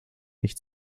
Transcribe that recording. nicht